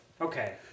Okay